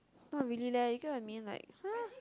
not really leh you get what I mean like